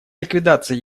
ликвидация